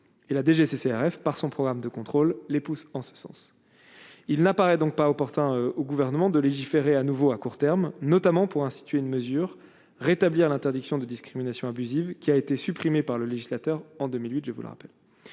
et la DGCCRF par son programme de contrôle les pousse en ce sens il n'apparaît donc pas opportun au gouvernement de légiférer à nouveau à court terme, notamment pour instituer une mesure rétablir l'interdiction de discrimination abusive, qui a été supprimée par le législateur en 2008, je vous le rappelle,